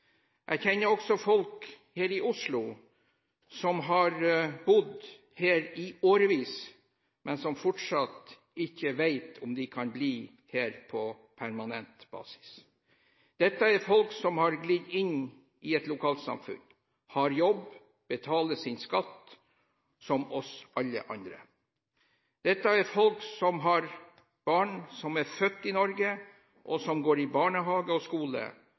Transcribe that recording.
Jeg kjenner også folk i Oslo som har bodd her i årevis, men som fortsatt ikke vet om de kan bli her på permanent basis. Dette er folk som har glidd inn i et lokalsamfunn, som har jobb, som betaler sin skatt – som alle oss andre. Dette er folk som har barn som er født i Norge, som går i barnehage og skole,